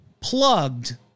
plugged